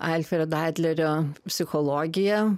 alfredo adlerio psichologija